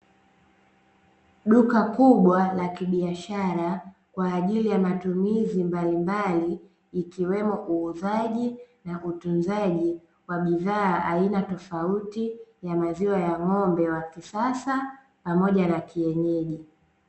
Duka kubwa la kibiashara kwa ajili ya matumizi mbalimbali ikiwemo uuzaji na utunzaji wa bidhaa aina tofauti ya maziwa ya ng'ombe wa kisasa pamoja na kienyeji.